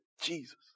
Jesus